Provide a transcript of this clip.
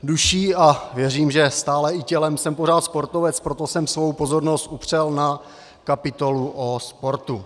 Duší a věřím, že stále i tělem jsem pořád sportovec, proto jsem svou pozornost upřel na kapitolu o sportu.